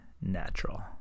natural